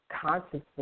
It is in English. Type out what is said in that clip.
consciously